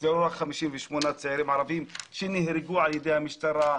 זה לא רק 58 צעירים ערביים שנהרגו על ידי המשטרה,